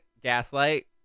gaslight